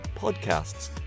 podcasts